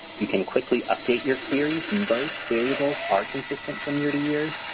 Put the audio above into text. you can quickly update your queries, and most variables are consistent from year-to-year,